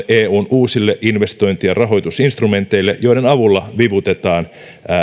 eun uusille investointi ja rahoitusinstrumenteille joiden avulla vivutetaan